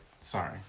sorry